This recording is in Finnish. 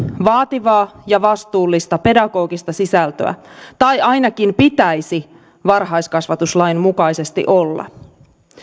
vaativaa ja vastuullista pedagogista sisältöä tai ainakin pitäisi varhaiskasvatuslain mukaisesti olla